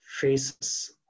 faces